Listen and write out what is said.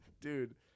dude